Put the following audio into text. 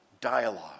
dialogue